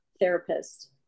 therapist